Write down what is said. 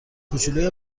کوچلوی